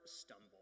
stumble